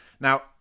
Now